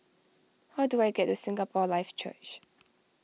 how do I get to Singapore Life Church